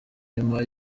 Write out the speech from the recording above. nyuma